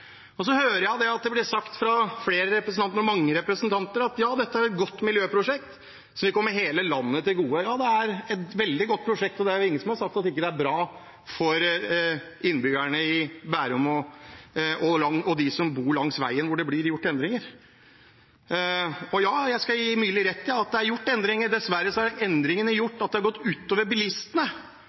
hele landet til gode. Ja, det er et veldig godt prosjekt, og det er ingen som har sagt at det ikke er bra for innbyggerne i Bærum og for dem som bor langs veien, hvor det blir gjort endringer. Og ja, jeg skal gi representanten Myrli rett i at det er gjort endringer – dessverre har endringene gjort at det har gått ut over bilistene,